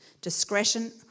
Discretion